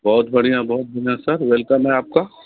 बहुत बढ़िया बहुत बढ़िया सर वेलकम है आपका